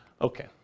Okay